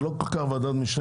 תהיה ועדת משנה